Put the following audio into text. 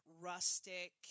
rustic